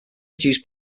reduce